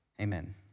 amen